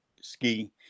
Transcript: ski